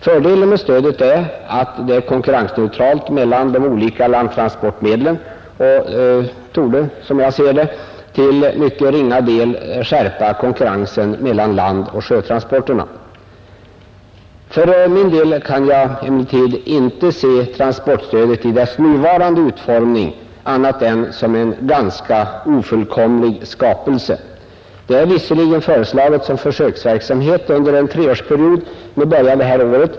Fördelen med stödet är att det är konkurrensneutralt mellan de olika landtransportmedlen och torde, som jag ser det, till mycket ringa del skärpa konkurrensen mellan landoch sjötransporterna. För min del kan jag emellertid inte se transportstödet i dess nuvarande utformning annat än som en ganska ofullkomlig skapelse. Det är visserligen föreslaget som försöksverksamhet under en treårsperiod med början det här året.